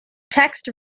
text